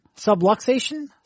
subluxation